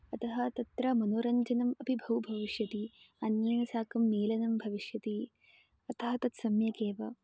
अतः तत्र मनोरञ्जनम् अपि बहु भविष्यति अन्यैः साकं मेलनं भविष्यति अतः तत् सम्यक् एव